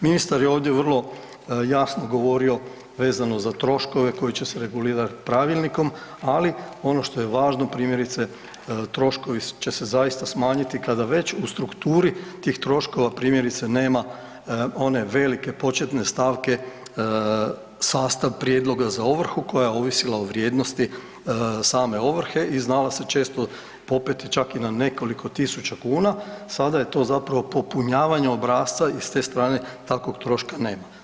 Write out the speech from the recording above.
Ministar je ovdje vrlo jasno govorio vezano za troškove koji će se regulirati pravilnikom, ali ono što je važno primjerice troškovi će se zaista smanjiti kada već u strukturi tih troškova primjerice nema one velike početne stavke sastav prijedloga za ovrhu koja je ovisila o vrijednosti same ovrhe i znala se često popeti čak i na nekoliko tisuća kuna, sada je to zapravo popunjavanje obrasca i s te strane takvog troška nema.